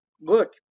look